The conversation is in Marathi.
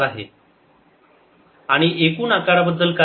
yreflected v2 v1v2v1 yIncident 525×5 mm 1 mm आणि एकूण आकाराबद्दल काय